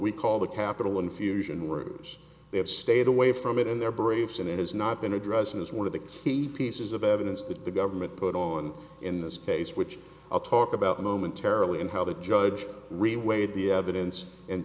we call the capital infusion or they have stayed away from it in their briefs and it has not been addressed as one of the key pieces of evidence that the government put on in this case which i'll talk about momentarily and how the judge really weighed the evidence in